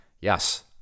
Yes